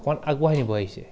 অকণ আগবঢ়াব আহিছে